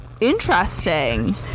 interesting